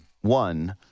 One